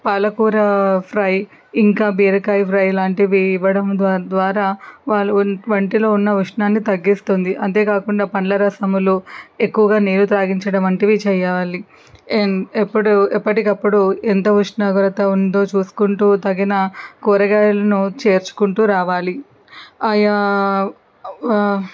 పాలకూర ఫ్రై ఇంకా బీరకాయ ఫ్రై లాంటివి ఇవ్వడం ద్వా ద్వారా వాళ్ళు ఒంటిలో ఉన్న ఉష్ణాన్ని తగ్గిస్తుంది అంతేకాకుండా పండ్ల రసములు ఎక్కువగా నీరు తాగించడం వంటివి చెయ్యాలి ఎప్పుడూ ఎప్పటికి అప్పుడు ఎంత ఉష్ణోగ్రత ఉందో చూసుకుంటూ తగిన కూరగాయలను చేర్చుకుంటూ రావాలి ఆయా